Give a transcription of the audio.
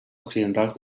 occidentals